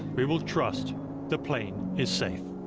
we will trust the plane is safe.